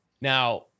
now